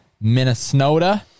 Minnesota